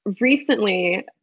recently